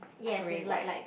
grey white